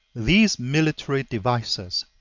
these military devices,